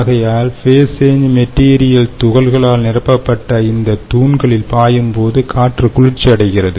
ஆகையால் phase change material துகள்களால் நிரப்பப்பட்ட இந்த தூண்களில் பாயும்போது காற்று குளிர்ச்சியடைகிறது